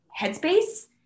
headspace